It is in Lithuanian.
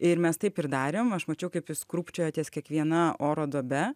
ir mes taip ir darėm aš mačiau kaip jis krūpčiojo ties kiekviena oro duobe